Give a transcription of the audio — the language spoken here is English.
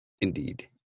indeed